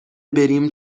بریم